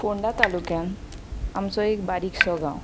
फोंडा तालुक्यांत आमचो एक बारीकसो गांव